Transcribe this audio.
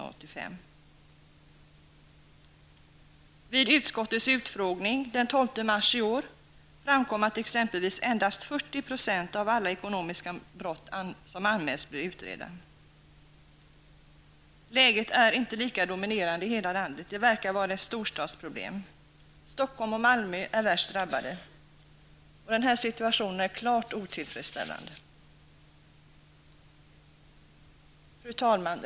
Vid utskottets utfrågning den 12 mars framkom att exempelvis endast 40 % av alla ekonomiska brott som anmäls blir utredda. Läget är inte lika alarmerande i hela landet. Det verkar vara ett storstadsproblem. Stockholm och Malmö är värst drabbade. Den här situationen är klart otillfredsställande. Fru talman!